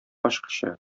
ачкычы